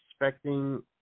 expecting